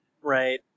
Right